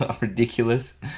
Ridiculous